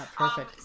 perfect